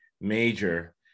major